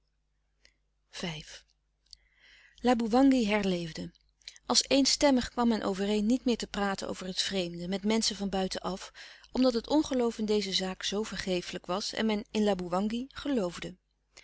laboewangi herleefde als eenstemmig kwam men overeen niet meer te praten over het vreemde met menschen van buiten af omdat het ongeloof in deze zaak zoo vergeeflijk was en men in laboewangi geloofde